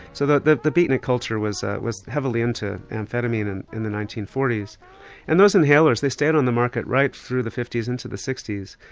so the the beatnik culture was ah was heavily into amphetamine and in the nineteen forty s and those inhalers they stayed on the market right through the fifty s into the sixty s.